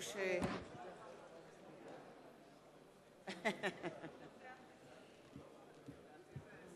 זו זכותו המלאה להתלבט בתוך הקלפי.